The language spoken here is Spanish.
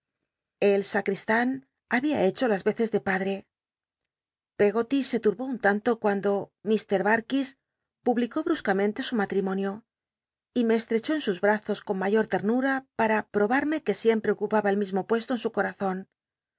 el sacrist m babia hecho las eces de padte l'cggoly e turbó un tanto cuando lr batkis publicó bntscamenle su maltimonio me estrechó en sus bmzos con nmyot ternu ra para probarme que siem we oénpaba el mismo pue to en su corazon